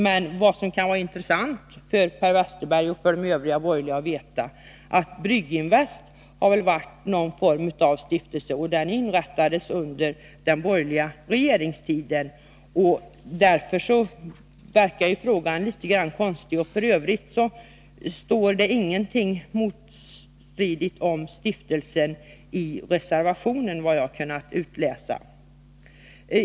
Men vad som kan vara intressant för Per Westerberg och de övriga borgerliga ledamöterna att veta är att Brygginvest har varit en form av stiftelse, vilken inrättades under den borgerliga regeringstiden. Därför verkar frågan litet konstig. Såvitt jag har kunnat utläsa står det heller inget motstridigt om stiftelsen i reservationen.